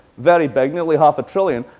very big nearly half a trillion.